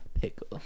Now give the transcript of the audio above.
pickle